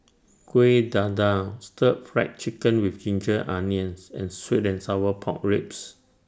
Kuih Dadar Stir Fried Chicken with Ginger Onions and Sweet and Sour Pork Ribs